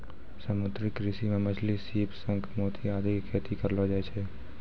समुद्री कृषि मॅ मछली, सीप, शंख, मोती आदि के खेती करलो जाय छै